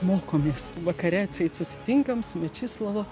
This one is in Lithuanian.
mokomės vakare atseit susitinkam su mečislovu